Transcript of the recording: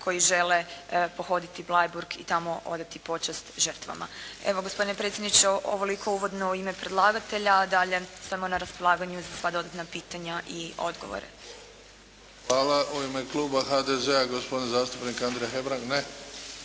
koji žele pohoditi Bleiburg i tamo odati počast žrtvama. Evo, gospodine predsjedniče, ovoliko uvodno u ime predlagatelja, a dalje sam na raspolaganju za sva dodatna pitanja i odgovore. **Bebić, Luka (HDZ)** Hvala. U ime Kluba HDZ-a, gospodin zastupnik Andrija Hebrang. Ne.